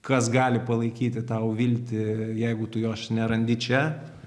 kas gali palaikyti tau viltį jeigu tu jos nerandi čia